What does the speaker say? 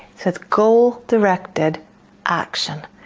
so it's goal directed action.